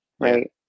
right